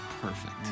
Perfect